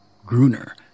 Gruner